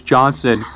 Johnson